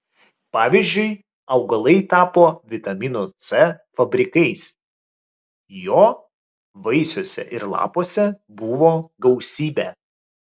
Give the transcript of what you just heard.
pavyzdžiui augalai tapo vitamino c fabrikais jo vaisiuose ir lapuose buvo gausybė